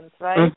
right